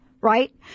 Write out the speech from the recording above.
right